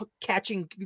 catching